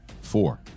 four